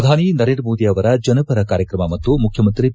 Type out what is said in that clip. ಪ್ರಧಾನಿ ನರೇಂದ್ರ ಮೋದಿ ಅವರ ಜನಪರ ಕಾರ್ಯಕ್ರಮ ಮತ್ತು ಮುಖ್ಯಮಂತ್ರಿ ಬಿ